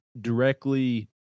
directly